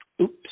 Oops